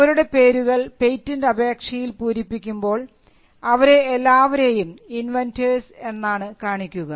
അവരുടെ പേരുകൾ പേറ്റന്റ് അപേക്ഷയിൽ പൂരിപ്പിക്കുമ്പോൾ അവരെ എല്ലാവരെയും ഇൻവെൻന്റേഴ്സ് എന്നാണ് കാണിക്കുക